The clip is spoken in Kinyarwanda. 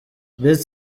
best